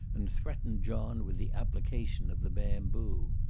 and threatened john with the application of the bamboo.